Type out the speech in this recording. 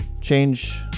change